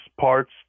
parts